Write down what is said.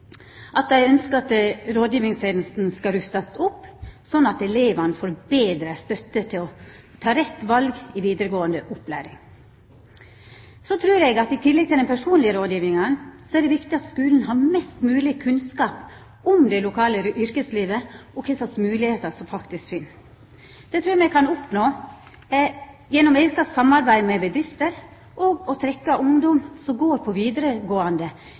at dei ønskjer at rådgjevingstenesta skal rustast opp, slik at elevane kan få betre støtte til å ta rette val i vidaregåande opplæring. Så trur eg at i tillegg til den personlege rådgjevinga, er det viktig at skulen har mest mogleg kunnskap om det lokale yrkeslivet og kva slags moglegheiter som faktisk finst. Det trur eg me kan oppnå gjennom auka samarbeid med bedrifter og å trekkja ungdom som går på vidaregåande